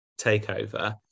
takeover